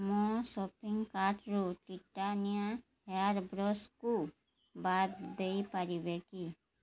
ମୋ ସପିଂ କାର୍ଟ୍ରୁ Titania hair ବ୍ରଶ୍କୁ ବାଦ ଦେଇପାରିବେ କି